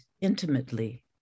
intimately